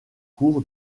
cour